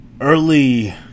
Early